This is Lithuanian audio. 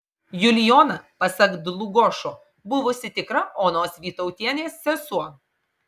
julijona pasak dlugošo buvusi tikra onos vytautienės sesuo